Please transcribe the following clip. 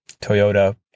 Toyota